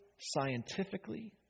scientifically